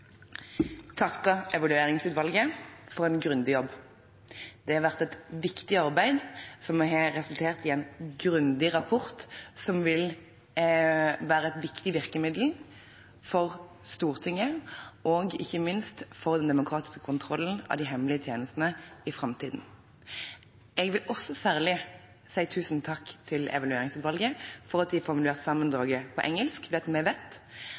takke Evalueringsutvalget for en grundig jobb. Det har vært et viktig arbeid, som har resultert i en grundig rapport, som vil være et viktig virkemiddel for Stortinget og ikke minst for den demokratiske kontrollen av de hemmelige tjenestene i framtiden. Jeg vil særlig si tusen takk til Evalueringsutvalget for at de har formulert sammendraget på engelsk også, for vi vet